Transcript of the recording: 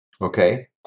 okay